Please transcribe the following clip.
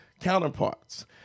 counterparts